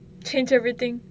change everything